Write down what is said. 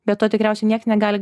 be to tikriausiai nieks negali